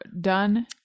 done